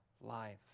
life